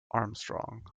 armstrong